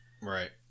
Right